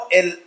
el